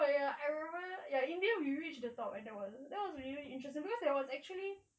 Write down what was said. but ya I remember ya in the end we reach the top and that was that was really interesting cause there was actually